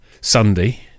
Sunday